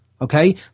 okay